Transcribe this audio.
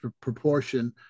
proportion